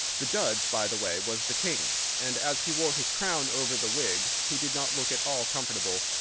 the judge, by the way, was the king and as he wore his crown over the wig, he did not look at all comfortable,